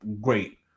great